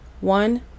One